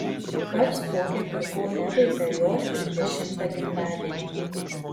pats tokią pirkau evai per jos trisdešimtą gimtadienį